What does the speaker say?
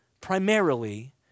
primarily